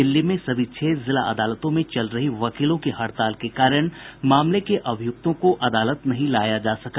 दिल्ली में सभी छह जिला अदालतों में चल रही वकीलों की हड़ताल के कारण मामले के अभियुक्तों को अदालत नहीं लाया जा सका